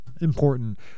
important